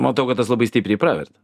matau kad tas labai stipriai pravertė